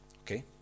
okay